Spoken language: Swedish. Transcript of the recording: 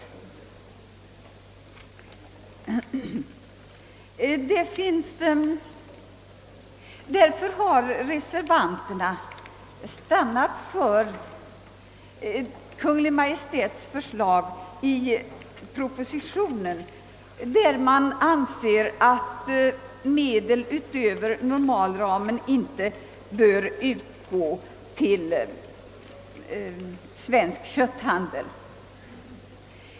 Med hänsyn till att en ökad avsättning minskar förlusterna för regleringskraven har reservanterna stannat för det förslag i Kungl. Maj:ts proposition som syftar till att medel utöver normalramen inte bör utgå till Svensk kötthandel.